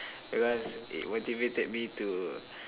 because it motivated me to